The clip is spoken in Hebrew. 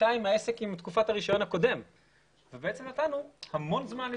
בינתיים העסק הוא מתקופת הרישיון הקודם כך שבעצם נתנו המון זמן.